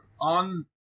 on